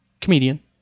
comedian